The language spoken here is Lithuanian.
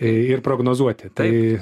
į ir prognozuoti tai